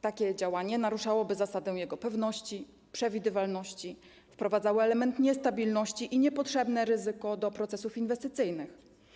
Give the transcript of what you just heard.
Takie działanie naruszałoby zasadę jego pewności, przewidywalności, wprowadzałoby element niestabilności i niepotrzebne ryzyko do procesów inwestycyjnych.